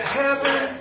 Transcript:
heaven